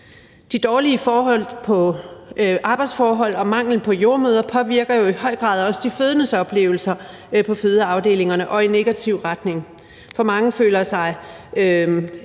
De dårlige arbejdsforhold og manglen på jordemødre påvirker jo i høj grad også de fødendes oplevelser på fødeafdelingerne og i negativ retning. For mange føler sig